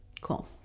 Cool